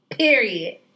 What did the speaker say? Period